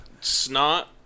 snot